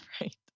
Right